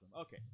Okay